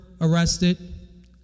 arrested